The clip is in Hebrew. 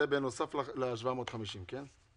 זה בנוסף ל-750 שקלים, כן?